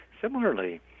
Similarly